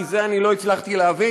כי את זה אני לא הצלחתי להבין